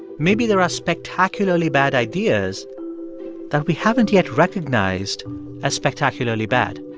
maybe there are spectacularly bad ideas that we haven't yet recognized as spectacularly bad